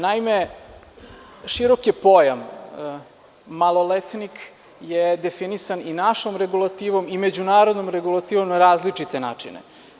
Naime, širok je pojam, maloletnik je definisan i našom regulativom i međunarodnom regulativom na različite načine.